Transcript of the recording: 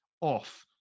off